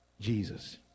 Jesus